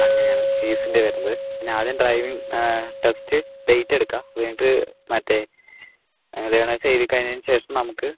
അങ്ങനെ ആണ് ഫീസിൻ്റെ വരുന്നത് പിന്നെ ആദ്യം ഡ്രൈവിംഗ് ടെസ്റ്റ് ഡേറ്റ് എടുക്കുക അത് കഴിഞ്ഞിട്ട് മറ്റേ ലേണേഴ്സ് എഴുതി കഴിഞ്ഞതിന് ശേഷം നമുക്ക്